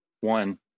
One